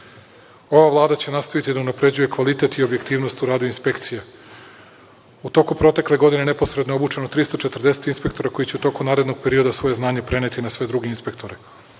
Vlada će nastaviti da unapređuje kvalitet i objektivnost u radu inspekcija. U toku protekle godine neposredno je obučeno 340 inspektora koji će u toku narednog perioda svoje znanje preneti na sve druge inspektore.